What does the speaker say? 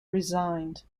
resigned